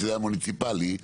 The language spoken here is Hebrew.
שזה המוניציפלי,